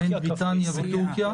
ביניהן בריטניה וטורקיה.